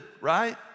right